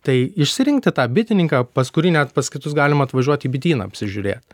tai išsirinkti tą bitininką pas kurį net pas kitus galima atvažiuot į bityną apsižiūrėt